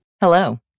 Hello